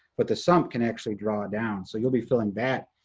but the sump can actually draw down. so you'll be filling that,